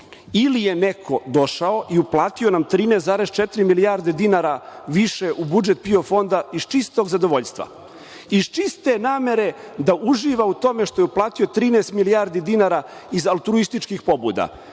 je neko došao i uplatio nam 13,4 milijarde dinara više u budžet PIO fonda iz čistog zadovoljstva, iz čiste namere da uživa u tome što je uplatio 13 milijardi dinara auturističkih pobuda